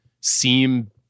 seem